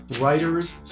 writers